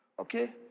Okay